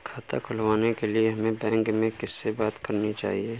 खाता खुलवाने के लिए हमें बैंक में किससे बात करनी चाहिए?